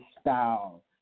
style